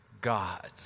God